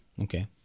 Okay